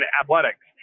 athletics